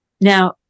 Now